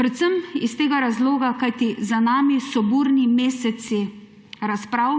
Predvsem iz tega razloga, ker za nami so burni meseci razprav,